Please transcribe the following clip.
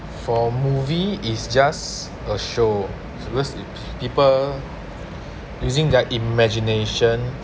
for movie is just a show because people using their imagination